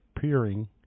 peering